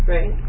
Right